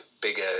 bigger